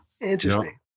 Interesting